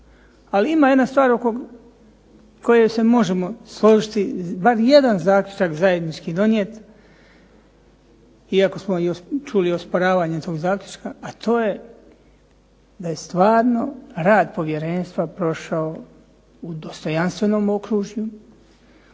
Ali ima jedna stvar oko koje se možemo složiti bar jedan zaključak zajednički donijeti, iako smo čuli i osporavanje tog zaključka a to je da je stvarno rad Povjerenstva prošao u dostojanstvenom okružju,